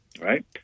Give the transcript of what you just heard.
right